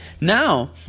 Now